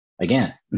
Again